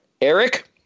Eric